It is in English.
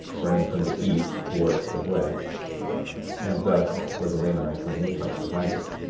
running from the east towards the west and thus were the lamanites and the nephites divided.